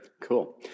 Cool